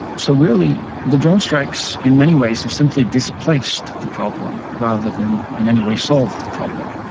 so really the drone strikes in many ways have simply displaced the problem rather than in any way solved the problem.